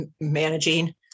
managing